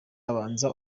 abanza